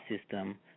system